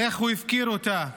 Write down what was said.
איך הוא הפקיר אותה,